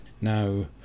Now